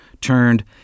Turned